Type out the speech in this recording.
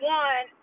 one